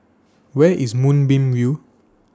Where IS Moonbeam View